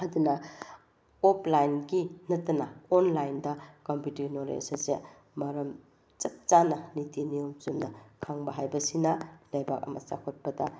ꯑꯗꯨꯅ ꯑꯣꯞꯂꯥꯏꯟꯒꯤ ꯅꯠꯇꯅ ꯑꯣꯟꯂꯥꯏꯟꯗ ꯀꯝꯄ꯭ꯌꯨꯇ꯭ꯔꯒꯤ ꯅꯣꯂꯦꯖ ꯑꯁꯦ ꯃꯔꯝ ꯆꯞ ꯆꯥꯅ ꯅꯤꯇꯤ ꯅꯤꯌꯣꯝ ꯆꯨꯝꯅ ꯈꯪꯕ ꯍꯥꯏꯕꯁꯤꯅ ꯂꯩꯕꯥꯛ ꯑꯃ ꯆꯥꯎꯈꯠꯄꯗ